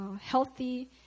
healthy